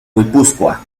guipúzcoa